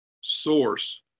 source